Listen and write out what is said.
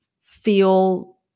feel